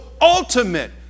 ultimate